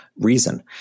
reason